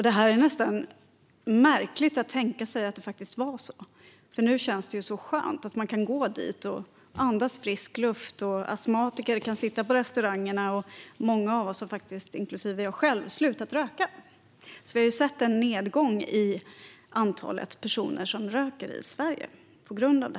Det är ganska märkligt att det faktiskt var så. Nu känns det så skönt att kunna gå dit och andas frisk luft, och astmatiker kan sitta på restauranger. Många av oss - inklusive jag själv - har dessutom faktiskt slutat röka. Vi har på grund av detta sett en nedgång i antalet personer i Sverige som röker.